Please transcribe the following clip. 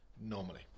normally